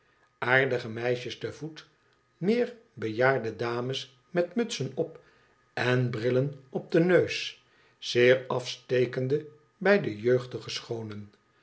aardige meisjes te voet meer bejaarde dames met mutsen op en brillen op den neus zeer afstekende bij de jeugdige schoonen